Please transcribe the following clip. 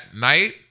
night